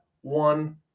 one